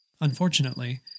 Unfortunately